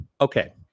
Okay